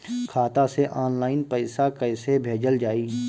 खाता से ऑनलाइन पैसा कईसे भेजल जाई?